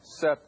set